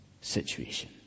situation